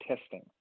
testing